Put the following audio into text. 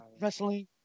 wrestling